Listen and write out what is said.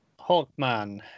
Hawkman